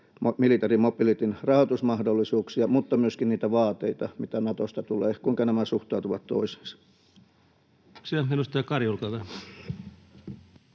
military mobilityn, rahoitusmahdollisuuksia, mutta myöskin niitä vaateita, mitä Natosta tulee? Kuinka nämä suhtautuvat toisiinsa?